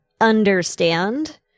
understand